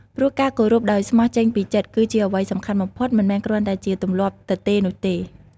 ព្រោះការគោរពដោយស្មោះចេញពីចិត្តគឺជាអ្វីសំខាន់បំផុត មិនមែនគ្រាន់តែជាទម្លាប់ទទេនោះទេ។